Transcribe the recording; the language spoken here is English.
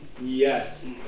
Yes